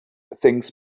things